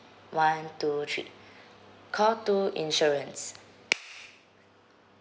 one two three call two insurance